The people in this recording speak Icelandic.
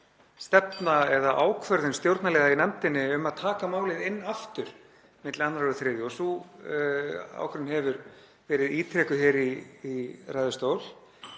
stefna eða ákvörðun stjórnarliða í nefndinni um að taka málið inn aftur milli 2. og 3. umr. og sú ákvörðun hefur verið ítrekuð í ræðustól,